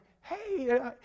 hey